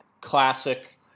classic